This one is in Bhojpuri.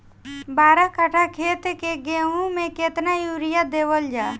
बारह कट्ठा खेत के गेहूं में केतना यूरिया देवल जा?